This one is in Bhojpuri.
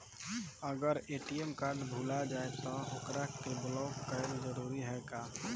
अगर ए.टी.एम कार्ड भूला जाए त का ओकरा के बलौक कैल जरूरी है का?